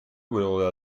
will